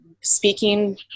Speaking